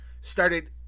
started